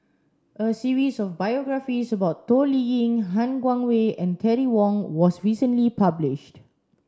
a series of biographies about Toh Liying Han Guangwei and Terry Wong was recently published